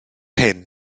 hyn